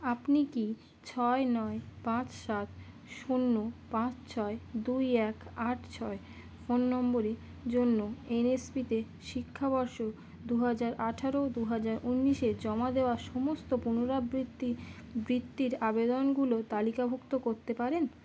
আপনি কি ছয় নয় পাঁচ সাত শূন্য পাঁচ ছয় দুই এক আট ছয় ফোন নম্বরের জন্য এন এস পিতে শিক্ষাবর্ষ দু হাজার আঠারো দু হাজার উনিশে জমা দেওয়া সমস্ত পুনরাবৃত্তি বৃত্তির আবেদনগুলো তালিকাভুক্ত করতে পারেন